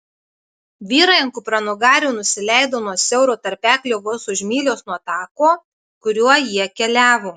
vyrai ant kupranugarių nusileido nuo siauro tarpeklio vos už mylios nuo tako kuriuo jie keliavo